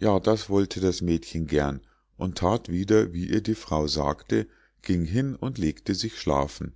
ja das wollte das mädchen gern und that wieder wie die frau ihr sagte ging hin und legte sich schlafen